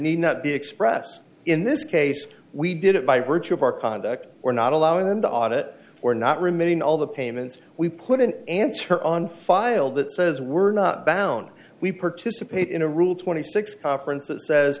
need not be expressed in this case we did it by virtue of our conduct or not allowing them to audit or not remain all the payments we put an answer on file that says we're not bound we participate in a rule twenty six conferences says